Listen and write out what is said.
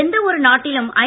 எந்த ஒரு நாட்டிலும் ஐ